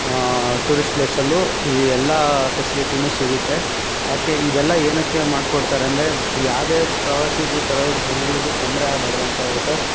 tourist ಪ್ಲೇಸಲ್ಲೂ ಈ ಎಲ್ಲ ಫೆಸಿಲಿಟೀನೂ ಸಿಗುತ್ತೆ ಯಾಕೆ ಇದೆಲ್ಲ ಏನಕ್ಕೆ ಮಾಡ್ಕೊಡ್ತಾರೆ ಅಂದರೆ ಯಾವ್ದೇ ಪ್ರವಾಸಿಗೂ ಬರೋ ಜನ್ಗಳಿಗೆ ತೊಂದರೆ ಆಗ್ಬಾರ್ದು ಅಂತ ಇರುತ್ತೆ